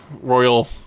royal